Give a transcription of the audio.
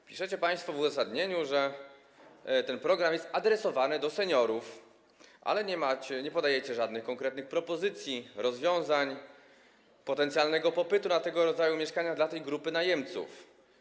Napisaliście państwo w uzasadnieniu, że ten program jest adresowany do seniorów, ale nie podajecie żadnych konkretnych propozycji, rozwiązań, potencjalnego popytu na tego rodzaju mieszkania dla tej grupy najemców.